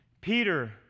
peter